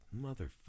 Motherfucker